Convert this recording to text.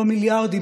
לא מיליארדים,